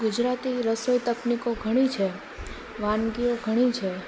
ગુજરાતી રસોઈ તકનિકો ઘણી છે વાનગીઓ ઘણી છે